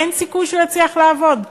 אין סיכוי שהוא יצליח לעבוד,